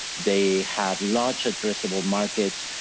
they have large addressable markets,